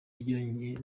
yagiranye